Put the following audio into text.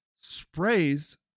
sprays